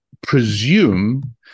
presume